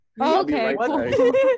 okay